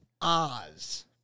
Oz